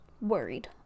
worried